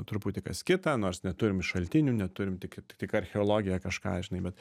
truputį kas kita nors neturim šaltinių neturim tik tik archeologiją kažką žinai bet